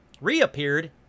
reappeared